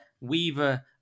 weaver